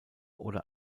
oder